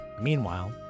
Meanwhile